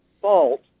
fault